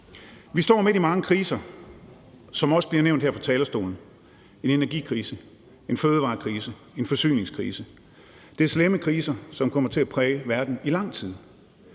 Vi står midt i mange kriser, som det også er blevet nævnt her fra talerstolen. Det handler om en energikrise, en fødevarekrise, en forsyningskrise. Det er slemme kriser, som kommer til at præge verden i lang tid.